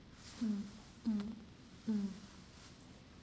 mm mm mm